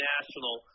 National